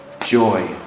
joy